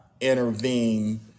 intervene